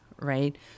right